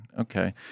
Okay